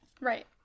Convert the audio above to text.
Right